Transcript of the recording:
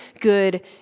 good